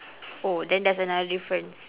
oh then that's another difference